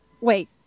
wait